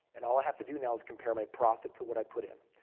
and all i have to do now is compare my profit to what i put in.